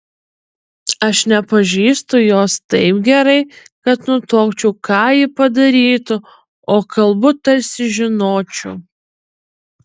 aš nepažįstu jos taip gerai kad nutuokčiau ką ji padarytų o kalbu tarsi žinočiau